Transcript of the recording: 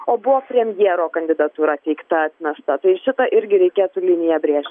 o buvo premjero kandidatūra teikta atmesta tai šitą irgi reikėtų liniją brėžt